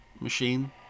machine